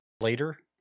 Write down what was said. later